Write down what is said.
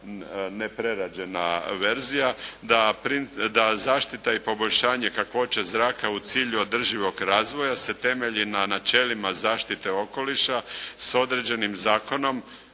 neprerađena verzija da zaštita i poboljšanje kakvoće zraka u cilju održivog razvoja se temelji na načelima zaštite okoliša s određenim Zakonom